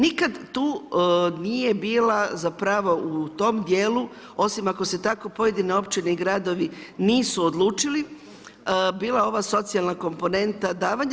Nikad tu nije bila zapravo, u tom dijelu, osim ako se tako pojedine općine i gradovi nisu odlučili, bila ova socijalna komponenta davanja.